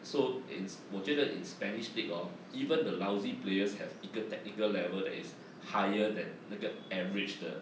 so is 我觉得 in spanish league orh even the lousy players have 一个 technical level that is higher than 那个 average 的